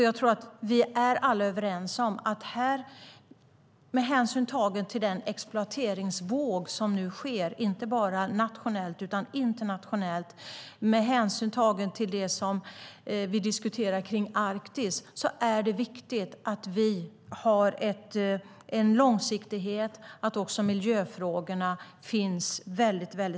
Jag tror att vi alla är överens om att med hänsyn tagen till den exploateringsvåg som nu sker, inte bara nationellt utan även internationellt, och med hänsyn tagen till det vi diskuterar kring Arktis är det viktigt att vi har en långsiktighet och att miljöfrågorna finns väldigt nära.